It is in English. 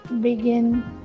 begin